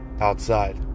outside